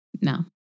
no